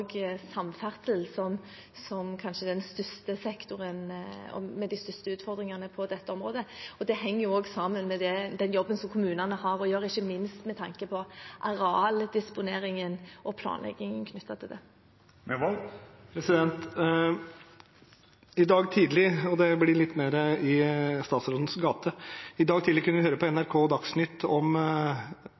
samferdsel kanskje er den sektoren med de største utfordringene på dette området. Det henger jo også sammen med den jobben som kommunene har, ikke minst med tanke på arealdisponeringen og planleggingen knyttet til det. I dag tidlig – og det blir litt mer i statsrådens gate – kunne vi høre på NRK Dagsnytt